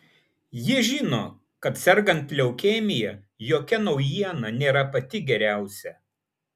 ji žino kad sergant leukemija jokia naujiena nėra pati geriausia